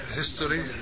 history